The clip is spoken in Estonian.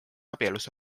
abielus